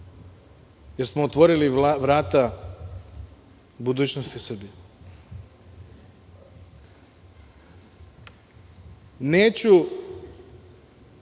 jer smo otvorili vrata budućnosti Srbije. Neću